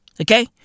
Okay